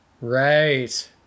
Right